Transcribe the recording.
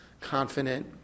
confident